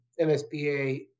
MSBA